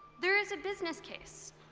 there is a business case.